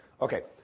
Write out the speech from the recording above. Okay